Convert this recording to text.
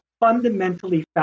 fundamentally